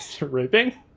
raping